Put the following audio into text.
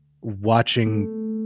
watching